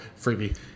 freebie